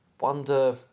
wonder